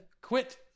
quit